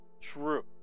true